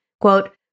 Quote